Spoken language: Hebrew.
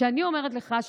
אני אומרת לך,